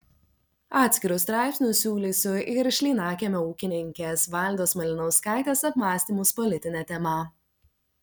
atskiru straipsniu siūlysiu ir šlynakiemio ūkininkės valdos malinauskaitės apmąstymus politine tema